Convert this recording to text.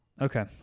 Okay